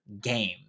game